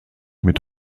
mit